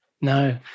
No